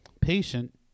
patient